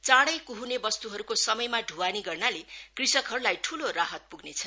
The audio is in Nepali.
चाडै कुह्ने वस्तुहरूको समयमा दुवानी गर्नाले कृषकहरूलाई ठूलो राहत पुग्नेछ